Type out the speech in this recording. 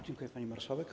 Dziękuję, pani marszałek.